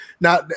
Now